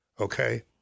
Okay